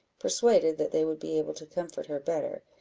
persuaded that they would be able to comfort her better,